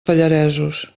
pallaresos